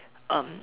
um